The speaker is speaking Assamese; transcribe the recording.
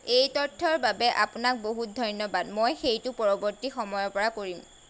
এই তথ্যৰ বাবে আপোনাক বহুত ধন্যবাদ মই সেইটো পৰৱৰ্তী সময়ৰ পৰা কৰিম